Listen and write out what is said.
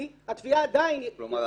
כי התביעה עדיין --- כלומר,